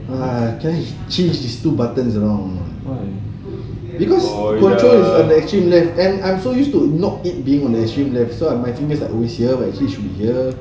!hais! can't change this two buttons around because control is actually on the left and I'm so used to not it being on the extreme left so my fingers are always here when actually it should be here